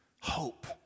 hope